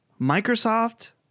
microsoft